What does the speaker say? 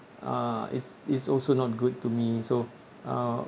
uh it's it's also not good to me so uh